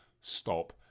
Stop